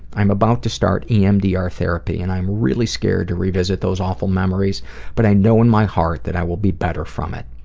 i'm about to start emdr therapy and i'm really scared to revisit those awful memories but i know in my heart that i will be better from it.